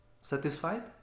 Satisfied